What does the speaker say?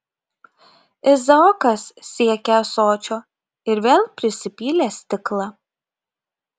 izaokas siekė ąsočio ir vėl prisipylė stiklą